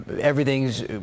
everything's